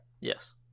yes